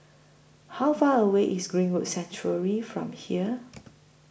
How Far away IS Greenwood Sanctuary from here